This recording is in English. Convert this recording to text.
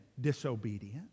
disobedient